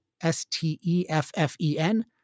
s-t-e-f-f-e-n